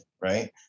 right